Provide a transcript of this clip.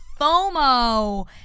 FOMO